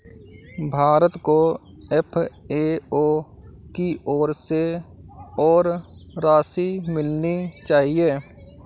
भारत को एफ.ए.ओ की ओर से और राशि मिलनी चाहिए